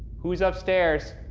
who's upstairs?